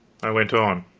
i went on